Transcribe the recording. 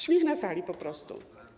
Śmiech na sali po prostu.